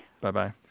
Bye-bye